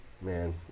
man